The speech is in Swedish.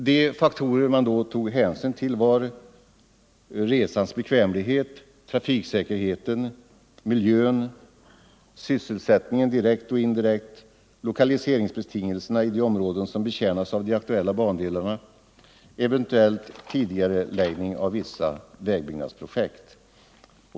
De faktorer man då tog hänsyn till var resans bekvämlighet, trafiksäkerhet, miljö, direkt och indirekt sysselsättning, lokaliseringsbetingelser i de områden som betjänas av de aktuella bandelarna och eventuell tidigareläggning av vissa vägbyggnadsprojekt.